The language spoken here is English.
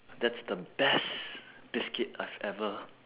that's the best biscuit I've ever